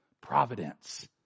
providence